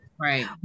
Right